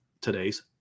today's